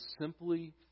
simply